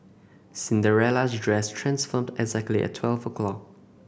Cinderella's dress transformed exactly at twelve o'clock